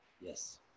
Yes